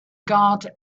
guard